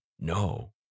no